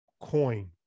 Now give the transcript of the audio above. coin